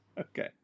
Okay